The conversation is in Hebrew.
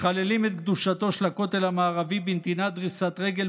מחללים את קדושתו של הכותל המערבי בנתינת דריסת רגל